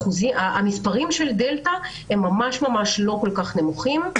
המספרים של דלתא ממש לא כל כך נמוכים.